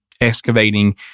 excavating